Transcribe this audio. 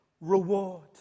reward